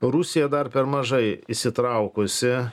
rusija dar per mažai įsitraukusi